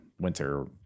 winter